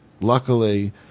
luckily